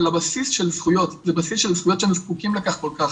אלא בסיס של זכויות שהם זקוקים לכך כל כך,